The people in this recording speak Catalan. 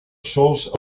sols